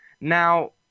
now